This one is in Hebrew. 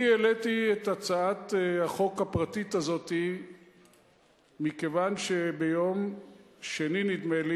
אני העליתי את הצעת החוק הפרטית הזאת מכיוון שביום שלישי,